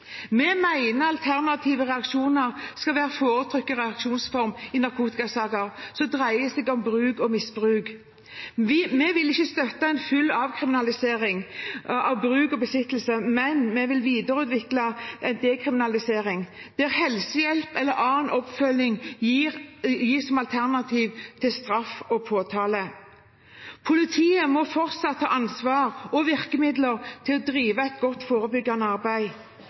Vi mener at alternative reaksjoner skal være foretrukket reaksjonsform i narkotikasaker som dreier seg om bruk og misbruk. Vi vil ikke støtte en full avkriminalisering av bruk og besittelse, men vi vil videreutvikle en dekriminalisering der helsehjelp eller annen oppfølging gis som alternativ til straff og påtale. Politiet må fortsatt ha ansvar og virkemidler til å drive et godt forebyggende arbeid.